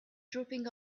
dropping